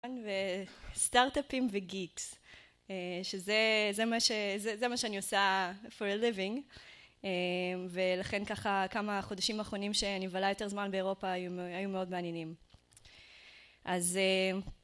וסטארט-אפים וגיקס, שזה מה שאני עושה for a living ולכן ככה כמה החודשים האחרונים שאני מבלה יותר זמן באירופה היו מאוד מעניינים. אז אה...